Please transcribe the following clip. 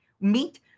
meet